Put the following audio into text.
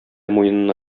муенына